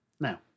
Now